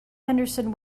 henderson